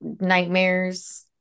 nightmares